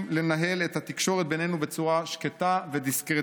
לנהל את התקשורת בינינו בצורה שקטה ודיסקרטית.